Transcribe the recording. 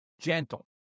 gentle